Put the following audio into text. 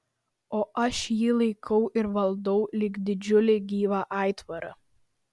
o aš jį laikau ir valdau lyg didžiulį gyvą aitvarą